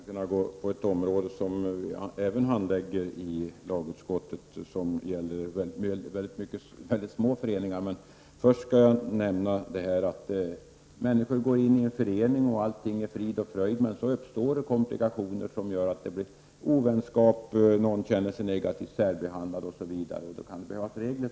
Herr talman! Människor går in i en förening och allt är frid och fröjd, men det kan uppstå komplikationer som gör att det blir ovänskap, någon känner sig negativt särbehandlad osv., och då behövs det regler.